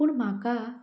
पूण म्हाका